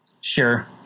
Sure